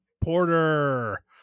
Porter